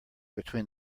between